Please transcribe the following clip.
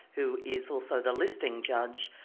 who is also the listing judge,